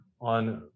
on